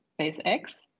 SpaceX